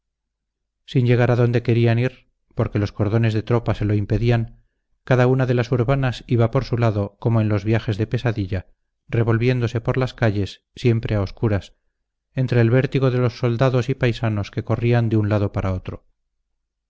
sin llegar a donde querían ir porque los cordones de tropa se lo impedían cada una de las urbanas iba por su lado como en los viajes de pesadilla revolviéndose por las calles siempre a oscuras entre el vértigo de los soldados y paisanos que corrían de un lado para otro